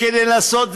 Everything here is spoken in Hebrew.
כדי לנסות ולבדוק.